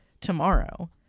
tomorrow